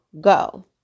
go